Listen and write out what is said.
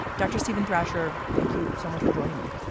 dr. steven thrasher, thank you so much for joining me.